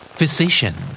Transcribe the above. Physician